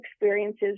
experiences